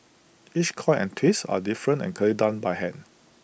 each coil and twist are different and clearly done by hand